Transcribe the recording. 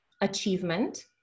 achievement